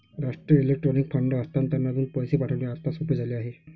राष्ट्रीय electronic fund हस्तांतरणातून पैसे पाठविणे आता सोपे झाले आहे